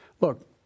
Look